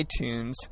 iTunes